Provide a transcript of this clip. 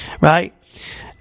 right